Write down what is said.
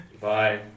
bye